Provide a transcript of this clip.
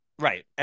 right